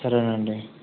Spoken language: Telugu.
సరేనండి